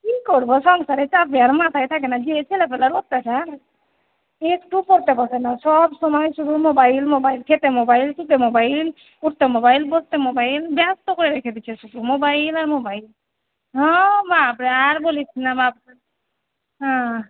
কী করবো সংসারের চাপে আর মাথায় থাকে না দিয়ে ছেলেপিলের অত্যাচার একটুও পড়তে বসে না সবসময় শুধু মোবাইল মোবাইল খেতে মোবাইল শুতে মোবাইল উঠতে মোবাইল বসতে মোবাইল ব্যস্ত করে রেখে দিয়েছে শুধু মোবাইল আর মোবাইল হ্যাঁ বাপরে আর বলিস না বাপরে হ্যাঁ